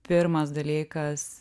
pirmas dalykas